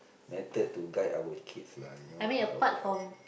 method to guide our kids lah you know of of